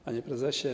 Panie Prezesie!